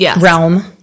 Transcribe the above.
realm